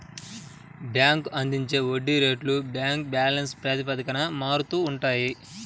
bank అందించే వడ్డీ రేట్లు బ్యాంక్ బ్యాలెన్స్ ప్రాతిపదికన మారుతూ ఉంటాయి